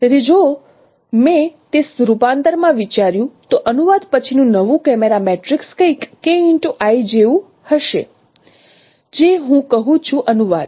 તેથી જો મેં તે રૂપાંતરમાં વિચાર્યું તો અનુવાદ પછીનું નવું કેમેરા મેટ્રિક્સ કંઈક KI એવું હશે જે હું કહું છું અનુવાદ